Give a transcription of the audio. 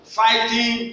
fighting